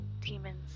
demons